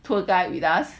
tour guide with us